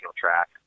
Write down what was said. track